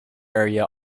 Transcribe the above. area